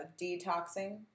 detoxing